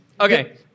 Okay